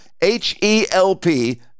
H-E-L-P